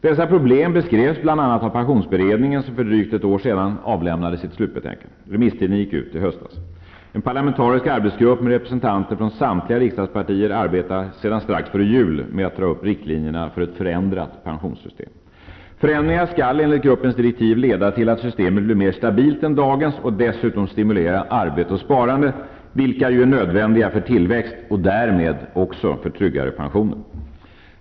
Dessa problem beskrevs bl.a. av pensionsberedningen, som för drygt ett år sedan avlämnade sitt slutbetänkande. Remisstiden gick ut i höstas. En parlamentarisk arbetsgrupp med representanter från samtliga riksdagspartier arbetar sedan strax före jul med att dra upp riktlinjerna för ett förändrat pensionssystem. Förändringarna skall enligt gruppens direktiv leda till att systemet blir mer stabilt än dagens och dessutom stimulera arbete och sparande, något som ju är nödvändigt för tillväxt och därmed också för tryggare pensioner.